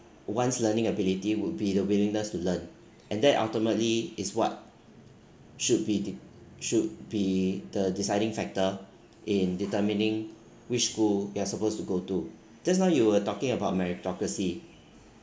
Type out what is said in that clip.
one's learning ability would be the willingness to learn and that ultimately is what should be de~ should be the deciding factor in determining which school you are supposed to go to just now you were talking about meritocracy